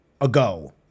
ago